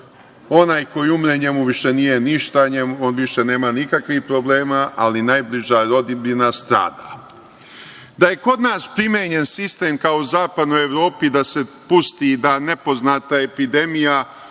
Onaj koji umre njemu više nije ništa, on nema više nikakvih problema, ali najbliža rodbina strada. Da je kod nas primenjen sistem kao u zapadnoj Evropi da se pusti da nepoznata epidemija